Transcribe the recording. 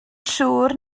siŵr